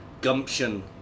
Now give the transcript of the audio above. gumption